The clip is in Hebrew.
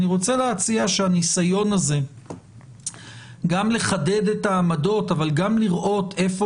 אני רוצה להציע שהניסיון לחדד את העמדות אבל גם לראות איפה